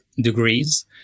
degrees